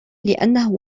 لأنه